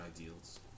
ideals